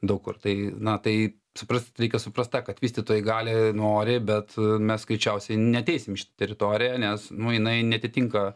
daug kur tai na tai suprast reikia suprast tą kad vystytojai gali nori bet mes greičiausiai neateisim į šitą teritoriją nes nu jinai neatitinka